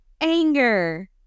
Anger